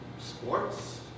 sports